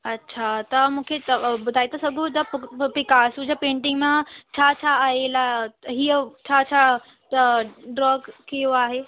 अछा तव्हां मूंखे त ॿुधाए था सघो पि पिकासो जा पेंटिंग मां छा छा आयलु आहे इहो छा छा ड्रॉ कयो आहे